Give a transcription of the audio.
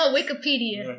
Wikipedia